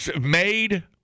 Made